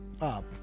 up